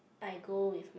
I go with my